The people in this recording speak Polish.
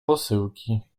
posyłki